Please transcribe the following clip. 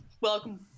welcome